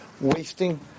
wasting